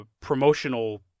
promotional